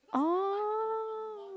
oh